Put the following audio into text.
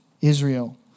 Israel